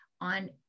on